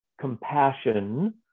compassion